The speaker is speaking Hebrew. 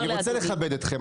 עכשיו, אני רוצה לכבד אתכם.